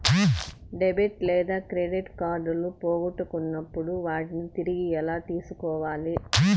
debit లేదా credit కార్డులు పోగొట్టుకున్నప్పుడు వాటిని తిరిగి ఎలా తీసుకోవాలి